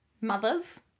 mothers